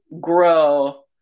grow